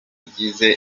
tugize